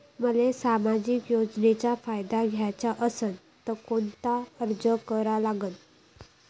मले सामाजिक योजनेचा फायदा घ्याचा असन त कोनता अर्ज करा लागन?